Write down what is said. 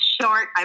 short